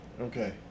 Okay